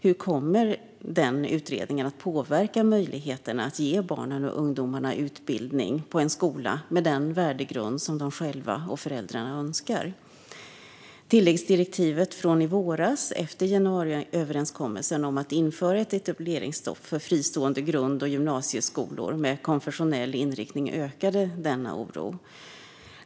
Hur kommer utredningen att påverka möjligheten att ge barnen och ungdomarna utbildning på en skola med den värdegrund som de själva och föräldrarna önskar? Tilläggsdirektivet från i våras, efter januariöverenskommelsen om att införa ett etableringsstopp för fristående grund och gymnasieskolor med konfessionell inriktning, ökade denna oro.